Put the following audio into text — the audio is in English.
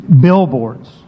billboards